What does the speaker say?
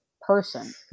person